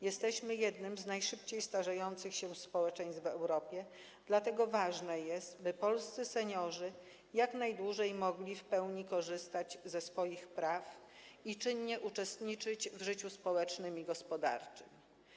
Jesteśmy jednym z najszybciej starzejących się społeczeństw w Europie, dlatego ważne jest, by polscy seniorzy jak najdłużej mogli w pełni korzystać ze swoich praw i czynnie uczestniczyć w życiu społecznym i gospodarczym.